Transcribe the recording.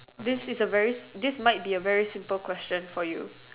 this is a very this might be a very simple question for you